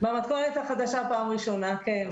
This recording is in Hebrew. במתכונת החדשה פעם ראשונה, כן.